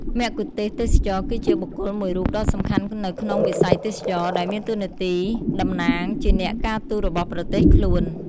មគ្គុទ្ទេសក៍ទេសចរគឺជាបុគ្គលមួយរូបដ៏សំខាន់នៅក្នុងវិស័យទេសចរណ៍ ដែលមានតួនាទីតំណាងជាអ្នកការទូតរបស់ប្រទេសខ្លួន។